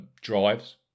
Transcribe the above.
drives